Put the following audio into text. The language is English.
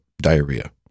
diarrhea